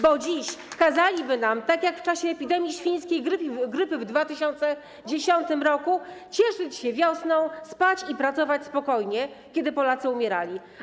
Bo dziś kazaliby nam, tak jak w czasie epidemii świńskiej grypy w 2010 r., cieszyć się wiosną, spać i pracować spokojnie, kiedy Polacy umierali.